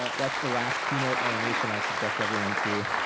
that's the last keynote animation i'll subject everyone to.